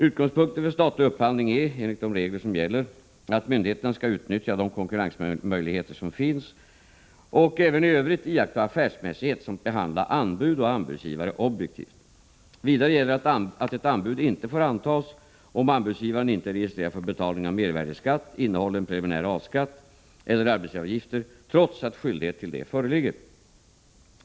Utgångspunkten för statlig upphandling är, enligt de regler som gäller, att myndigheterna skall utnyttja de konkurrensmöjligheter som finns och även i övrigt iaktta affärsmässighet samt behandla anbud och anbudsgivare objektivt. Vidare gäller att ett anbud inte får antas om anbudsgivaren inte är registrerad för betalning av mervärdesskatt, innehållen preliminär A-skatt eller arbetsgivaravgifter, trots att skyldighet till det föreligger.